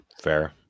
Fair